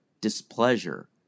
displeasure